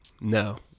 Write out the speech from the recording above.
No